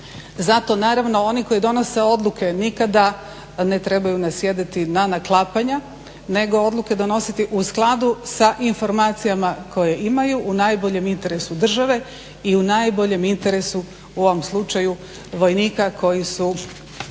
Zato naravno oni koji donose odluke nikada ne trebaju nasjedati na naklapanja nego odluke donositi u skladu sa informacijama koje imaju u najboljem interesu države i u najboljem interesu u ovom slučaju vojnika koji su